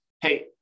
hey